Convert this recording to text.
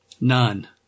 None